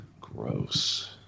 Gross